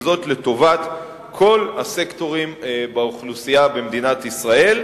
וזאת לטובת כל הסקטורים באוכלוסייה במדינת ישראל.